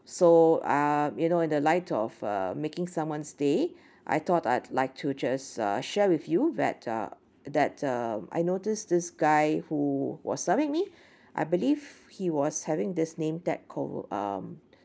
so um you know in the light of uh making someone's day I thought I'd like to just uh share with you that uh that uh I noticed this guy who was telling me I believe he was having this name tag called um